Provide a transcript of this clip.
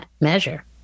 measure